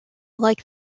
like